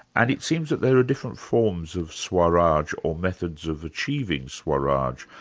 and it seems that there are different forms of swaraj or methods of achieving swaraj,